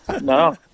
No